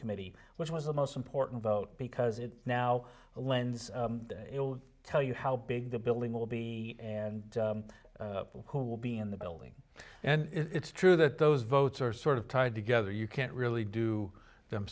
committee which was the most important vote because it now lens will tell you how big the building will be and who will be in the building and it's true that those votes are sort of tied together you can't really do them